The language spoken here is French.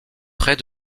près